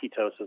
ketosis